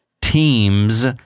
teams